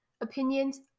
opinions